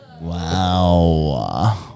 Wow